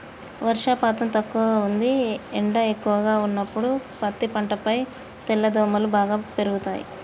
వర్షపాతం తక్కువగా ఉంది ఎండ ఎక్కువగా ఉన్నప్పుడు పత్తి పంటపై తెల్లదోమలు బాగా పెరుగుతయి